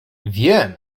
wiem